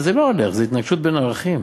אבל זה לא הולך, זה התנגשות בין ערכים,